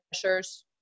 pressures